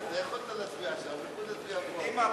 ההצעה להעביר את הצעת חוק האזרחים הוותיקים (תיקון,